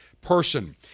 person